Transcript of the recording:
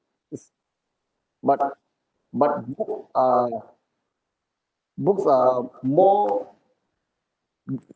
is but but book are books are more